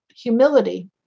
humility